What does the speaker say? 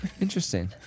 Interesting